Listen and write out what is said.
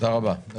תודה רבה.